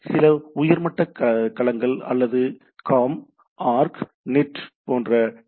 எனவே சில உயர்மட்ட களங்கள் அல்லது காம் ஆர்க் நெட் போன்ற டி